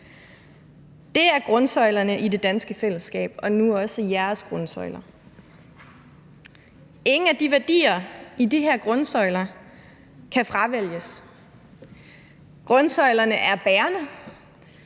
Det er grundsøjlerne i det danske fællesskab og nu også jeres grundsøjler. Ingen af de værdier i de her grundsøjler kan fravælges. Grundsøjlerne er bærende,